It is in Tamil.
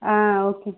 ஆ ஓகே